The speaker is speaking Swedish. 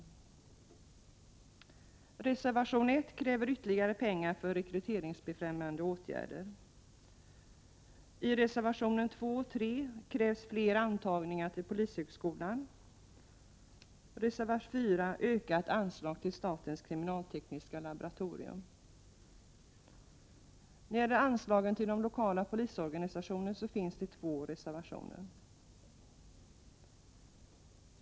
I reservation 1 krävs ytterligare pengar för rekryteringsbefrämjande åtgärder. I reservationerna 2 och 3 krävs fler antagningar till polishögskolan, och i reservation 4 krävs ökat anslag till statens kriminaltekniska laboratorium. I vad gäller anslag till lokala polisorganisationer har avgivits två reservationer.